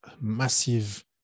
massive